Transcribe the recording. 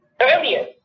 earlier